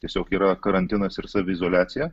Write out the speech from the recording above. tiesiog yra karantinas ir saviizoliacija